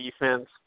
defense